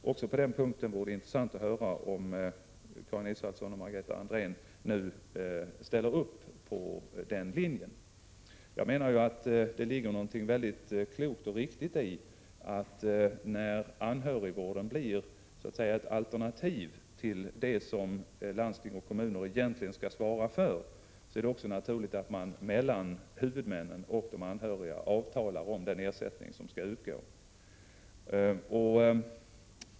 Det skulle också vara intressant att få höra om Karin Israelsson och Margareta Andrén ställer upp för den linjen. Jag menar att det ligger någonting mycket klokt och riktigt i att det, när anhörigvården så att säga blir ett alternativ till det som landsting och kommuner egentligen skall svara för, också är naturligt att man mellan huvudmännen och de anhöriga avtalar om den ersättning som skall utgå.